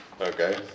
Okay